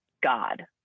God